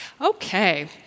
Okay